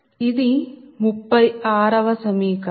ఇది 36 వ సమీకరణం